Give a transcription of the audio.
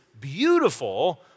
beautiful